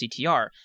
CTR